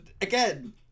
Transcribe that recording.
again